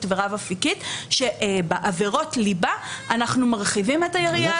ורב-אפיקית שבעבירות ליבה אנחנו מרחיבים את היריעה.